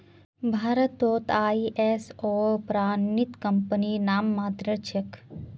भारतत आई.एस.ओ प्रमाणित कंपनी नाममात्रेर छेक